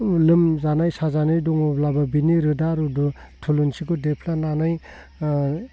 लोमाजानाय साजानाय दङब्लाबो बिनि रोदा रुदु थुलुंसिखौ देफ्लेनानै